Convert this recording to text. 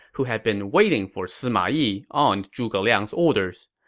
who had been waiting for sima yi on zhuge liang's orders.